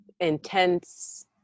intense